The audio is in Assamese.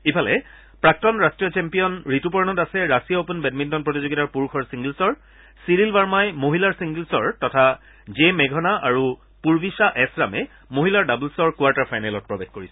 ইফালে প্ৰাক্তন ৰাষ্ট্ৰীয় champion Rituparna Das Russia open badminton প্ৰতিযোগিতাৰ পূৰুষৰ ছিংগলছৰ চিৰিল বাৰ্মা মহিলাৰ ছিংগলছৰ তথা জে মেঘনা আৰু পুৰৱিশা এছ ৰাম মহিলাৰ ডাবলছৰ কোৱাৰ্টাৰ ফাইনেলত প্ৰৱেশ কৰিছে